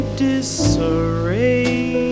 disarray